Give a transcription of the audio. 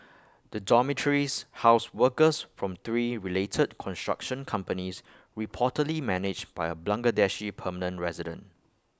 the dormitories housed workers from three related construction companies reportedly managed by A Bangladeshi permanent resident